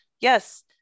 yes